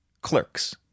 Clerks